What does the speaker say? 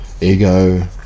ego